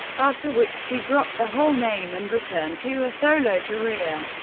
after which she dropped the hole name and returned to a solo career.